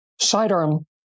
sidearm